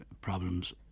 problems